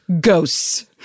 ghosts